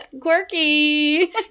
Quirky